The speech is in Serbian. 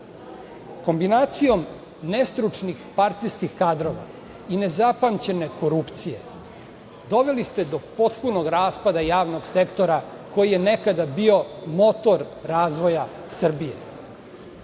platu. Kombinacijom nestručnih partijskih kadrova i nezapamćene korupcije, doveli ste do potpunog raspada javnog sektora koji je nekada bio motor razvoja Srbije. Vaša